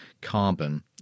carbon